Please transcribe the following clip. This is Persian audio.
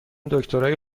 دکترای